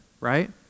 right